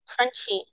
Crunchy